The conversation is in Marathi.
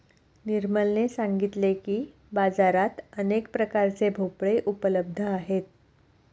निर्मलने सांगितले की, बाजारात अनेक प्रकारचे भोपळे उपलब्ध आहेत